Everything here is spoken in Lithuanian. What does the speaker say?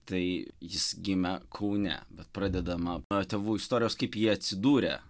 tai jis gimė kaune bet pradedama nuo tėvų istorijos kaip jie atsidūrė